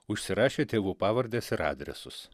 užsirašė tėvų pavardes ir adresus